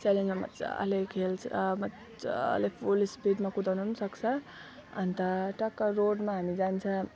च्यालेन्जहरू मजाले खेल्छ मजाले फुल स्पिडमा कुदाउन पनि सक्छ अन्त टक्क रोडमा हामी जान्छ